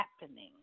happening